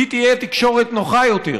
תהיה תקשורת נוחה יותר.